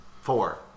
four